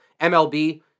MLB